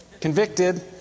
convicted